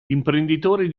imprenditori